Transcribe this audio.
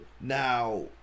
Now